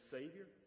Savior